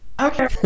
Okay